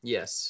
Yes